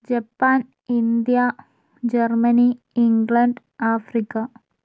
Japan India Germany England Africa